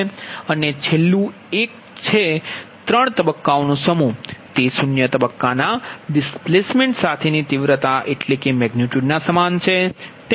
અને છેલ્લું એક જે 3 તબક્કાઓનો સમૂહ છે તે 0 તબક્કાના ડિસ્પ્લેસમેન્ટ સાથેની તીવ્રતામાં સમાન છે